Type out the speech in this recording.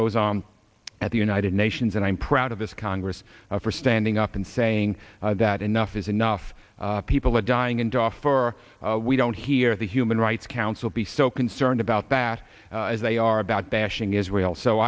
goes on at the united nations and i'm proud of this congress for standing up and saying that enough is enough people are dying and off for we don't hear the human rights council be so concerned about that as they are about bashing israel so